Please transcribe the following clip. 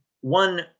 one